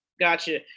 Gotcha